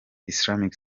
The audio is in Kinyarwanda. islamic